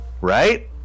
Right